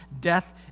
death